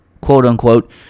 quote-unquote